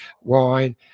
wine